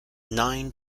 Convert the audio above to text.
nine